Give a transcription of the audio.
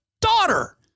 daughter